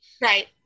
Right